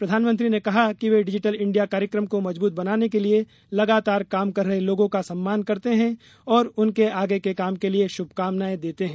प्रधानमंत्री ने कहा कि वे डिजिटल इंडिया कार्यक्रम को मजबूत बनाने के लिए लगातार काम कर रहे लोगों का सम्मान करते हैं और उनके आगे के काम के लिए शुभकामनाएं देते हैं